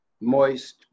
Moist